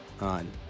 on